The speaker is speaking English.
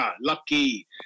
lucky